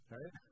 Right